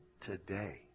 today